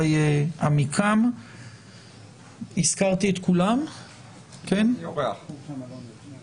עמיקם ועו"ד זאב לב מהתנועה למשילות